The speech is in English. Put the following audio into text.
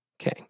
Okay